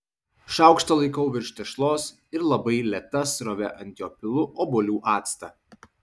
šaukštą laikau virš tešlos ir labai lėta srove ant jo pilu obuolių actą